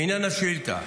לעניין השאילתה,